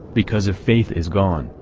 because if faith is gone,